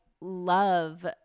love